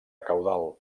caudal